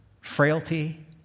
frailty